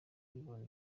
y’ubuntu